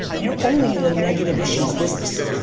you're only in the negative issues business.